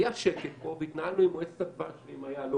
היה פה שקט והתנהלנו עם מועצת הדבש והיהלומים,